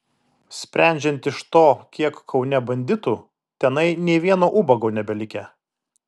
sprendžiant iš to kiek kaune banditų tenai nė vieno ubago nebelikę